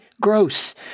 Gross